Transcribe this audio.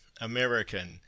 american